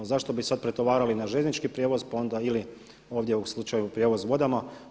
No zašto bi sad pretovarali na željeznički prijevoz pa onda ili ovdje u slučaju prijevoz vodama.